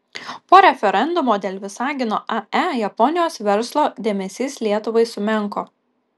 po referendumo dėl visagino ae japonijos verslo dėmesys lietuvai sumenko